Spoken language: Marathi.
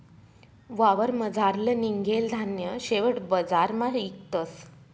वावरमझारलं निंघेल धान्य शेवट बजारमा इकतस